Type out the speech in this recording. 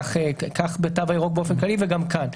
כך בתו הירוק באופן כללי וכך גם כאן.